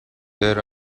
there